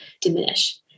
diminish